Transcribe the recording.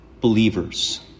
believers